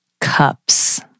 cups